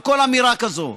לא, יש זכות לשר לדבר,